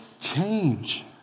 change